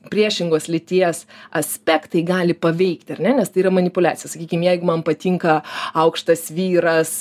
priešingos lyties aspektai gali paveikti ar ne nes tai yra manipuliacija sakykim jeigu man patinka aukštas vyras